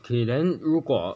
okay then 如果